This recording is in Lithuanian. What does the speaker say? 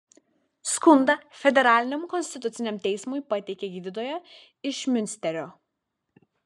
skundą federaliniam konstituciniam teismui pateikė gydytoja iš miunsterio